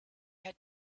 had